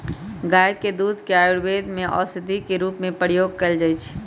गाय के दूध के आयुर्वेद में औषधि के रूप में प्रयोग कएल जाइ छइ